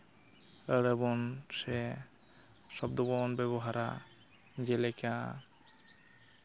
ᱨᱮᱵᱚᱱ ᱥᱮ ᱥᱚᱵᱫᱚ ᱵᱚᱱ ᱵᱮᱵᱚᱦᱟᱨᱟ ᱡᱮᱞᱮᱠᱟ